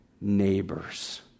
neighbor's